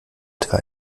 etwa